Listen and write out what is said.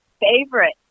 favorite